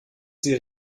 sie